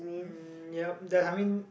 uh yup that I mean